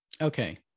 Okay